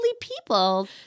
people